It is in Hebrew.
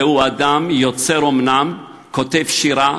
זהו אדם, יוצר אומנם, כותב שירה,